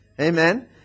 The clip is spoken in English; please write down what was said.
Amen